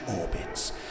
orbits